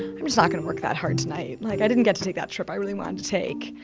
i'm just not going to work that hard tonight. like i didn't get to take that trip i really wanted to take.